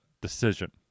decision